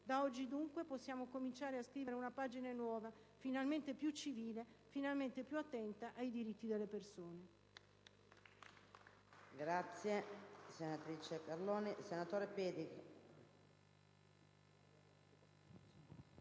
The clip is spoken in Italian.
Da oggi, dunque, possiamo cominciare a scrivere una pagina nuova, finalmente più civile e più attenta ai diritti delle persone.